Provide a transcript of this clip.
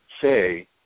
say